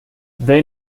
they